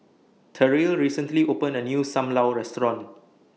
Terrill recently opened A New SAM Lau Restaurant